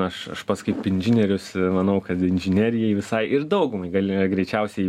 aš aš pats kaip inžinierius manau kad inžinerijai visai ir daugumai gali greičiausiai